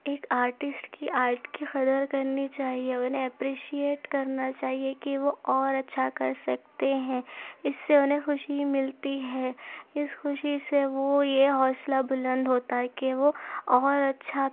ایک آرٹسٹ کی آرٹ کی قدر کرنی چاہیے انہیں اپریشیئیٹ کرنا چاہیے کہ وہ اور اچھا کر سکتے ہیں اس سے انہیں خوشی ملتی ہے اس خوشی سے وہ یہ حوصلہ بلند ہوتا ہے کہ وہ اور اچھا